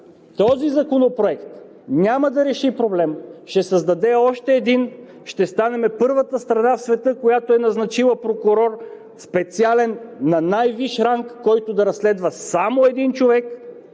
Този законопроект няма да реши проблема – ще създаде още един. Ще станем първата страна в света, която е назначила прокурор, специален, на най-висш ранг, който да разследва само един човек